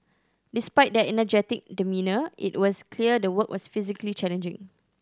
despite their energetic demeanour it was clear the work was physically challenging